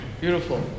Beautiful